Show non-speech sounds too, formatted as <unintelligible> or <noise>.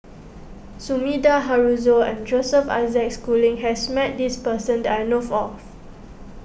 Sumida Haruzo and Joseph Isaac Schooling has met this person that I know <unintelligible> of